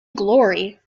glory